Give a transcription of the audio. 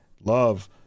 love